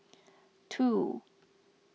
two